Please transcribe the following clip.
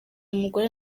umugore